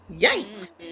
Yikes